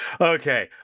Okay